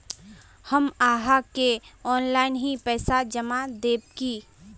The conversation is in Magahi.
हम आहाँ के ऑनलाइन ही पैसा जमा देब की?